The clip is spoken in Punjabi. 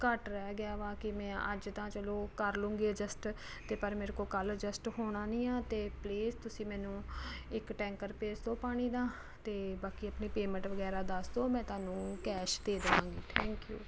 ਘੱਟ ਰਹਿ ਗਿਆ ਵਾ ਕਿ ਮੈਂ ਅੱਜ ਤਾਂ ਚਲੋ ਕਰ ਲਊਂਗੀ ਅਡਜੈਸਟ ਅਤੇ ਪਰ ਮੇਰੇ ਕੋਲ ਕੱਲ੍ਹ ਐਡਜਸਟ ਹੋਣਾ ਨਹੀਂ ਆ ਤਾਂ ਪਲੀਜ਼ ਤੁਸੀਂ ਮੈਨੂੰ ਇੱਕ ਟੈਂਕਰ ਭੇਜ ਦਓ ਪਾਣੀ ਦਾ ਅਤੇ ਬਾਕੀ ਆਪਣੀ ਪੇਮੈਂਟ ਵਗੈਰਾ ਦੱਸ ਦਓ ਮੈਂ ਤੁਹਾਨੂੰ ਕੈਸ਼ ਦੇ ਦੇਵਾਂਗੀ ਥੈਂਕ ਯੂ